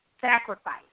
sacrifice